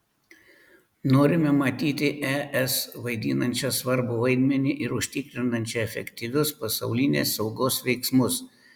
norime matyti es vaidinančią svarbų vaidmenį ir užtikrinančią efektyvius pasaulinės saugos veiksmus